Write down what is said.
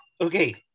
Okay